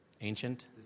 Ancient